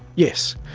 yes,